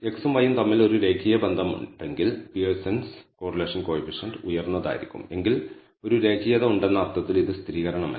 x ഉം y ഉം തമ്മിൽ ഒരു രേഖീയ ബന്ധമുണ്ടെങ്കിൽ പിയേഴ്സന്റെ കോറിലേഷൻ കോയിഫിഷ്യന്റ് ഉയർന്നതായിരിക്കും എങ്കിൽ ഒരു രേഖീയത ഉണ്ടെന്ന അർത്ഥത്തിൽ ഇത് സ്ഥിരീകരണമല്ല